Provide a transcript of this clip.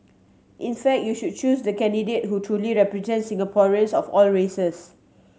in fact you should choose the candidate who truly represents Singaporeans of all races